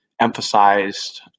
emphasized